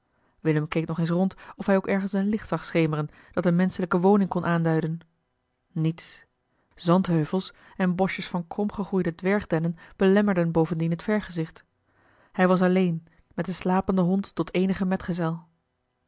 willem keek nog eens rond of hij ook ergens een licht zag schemeren dat eene menschelijke woning kon aanduiden niets zandheuvels en boschjes van kromgegroeide dwergdennen belemmerden bovendien het vergezicht hij was alleen met den slapenden hond tot eenigen metgezel